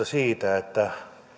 siitä että